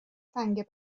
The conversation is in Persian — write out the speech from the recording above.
سنگ